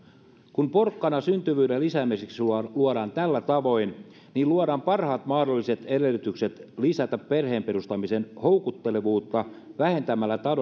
kun porkkana syntyvyyden lisäämiseksi luodaan tällä tavoin luodaan parhaat mahdolliset edellytykset lisätä perheen perustamisen houkuttelevuutta vähentämällä